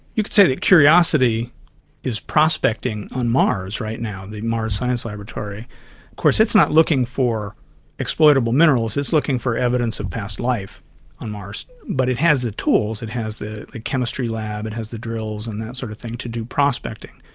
you could say that the curiosity is prospecting on mars right now, the mars science laboratory. of course it's not looking for exploitable minerals, it's looking for evidence of past life on mars, but it has the tools, it has the chemistry lab, it has the drills and that sort of thing to do prospecting.